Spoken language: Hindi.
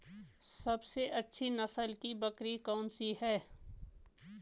सबसे अच्छी नस्ल की बकरी कौन सी है?